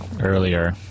earlier